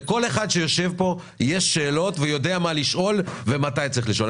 לכל מי שיושב כאן יש שאלות והוא יודע מה לשאול ומתי צריך לשאול.